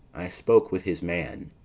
i spoke with his man.